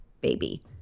baby